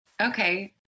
Okay